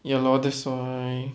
ya lor that's why